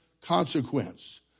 consequence